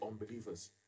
unbelievers